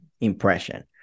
impression